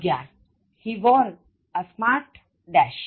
અગિયાર He wore a smart -